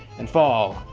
and fall.